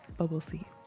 but we'll see.